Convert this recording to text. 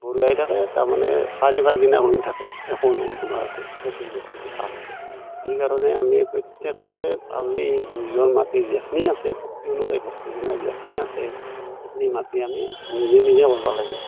বুঢ়া হৈ থাকে তাৰমানে চাৰি পাঁচদিনাখন থাকে একো নহয় তোমাৰ তাতে খেতিৰ বস্তুটো ভাল সেইকাৰণে আমি প্ৰত্যেকেই পাৰিলে নিজৰ মাটি যেইখিনি আছে শক্তি অনুযায়ী ভক্তি মানে যেইখিনি আছে সেইখিনি মাটি আমি নিজে নিজে কৰিব লাগে